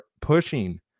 pushing